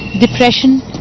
depression